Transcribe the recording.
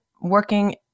working